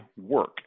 work